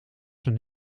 zijn